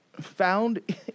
found